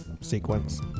sequence